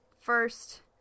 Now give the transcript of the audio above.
first